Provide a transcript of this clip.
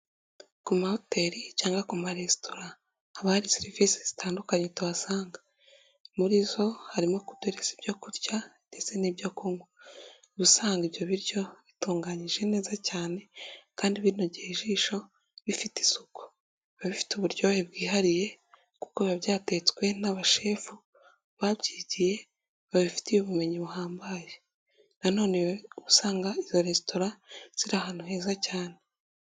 Ku mahoteri cyangwa ku maresitora haba hari serivise zitandukanye tuhasanga muri zo harimo ku duhereza ibyo kurya ndetse n'ibyo kunywa, uba usanga ibyo biryo bitunganyije neza cyane kandi binogeye ijisho rifite isuku, biba bifite uburyohe bwihariye kuko biba byatetswe n'abashefu babyigiye babifitiye ubumenyi buhambaye, nanone uba usanga izo resitora ziri ahantu heza cyane.